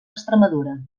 extremadura